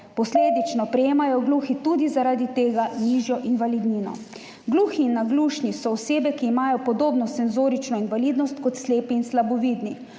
Posledično prejemajo gluhi tudi zaradi tega nižjo invalidnino. Gluhi in naglušni so osebe, ki imajo podobno senzorično invalidnost kot slepi in slabovidni,